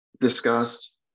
discussed